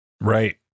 Right